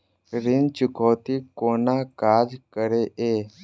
ऋण चुकौती कोना काज करे ये?